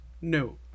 no